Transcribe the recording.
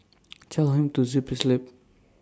tell him to zip his lip